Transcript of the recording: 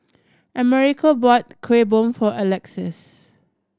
Amerigo bought Kuih Bom for Alexys